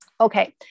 okay